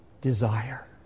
desire